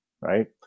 right